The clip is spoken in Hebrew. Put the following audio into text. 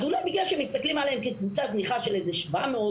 אז אולי בגלל שמסתכלים עליהם כקבוצה זניחה של איזה 700,